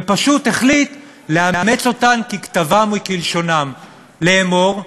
ופשוט החליט לאמץ אותן ככתבן וכלשונן, לאמור: